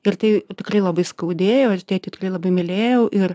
ir tai tikrai labai skaudėjo ir tėtį tikrai labai mylėjau ir